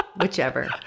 Whichever